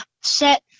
set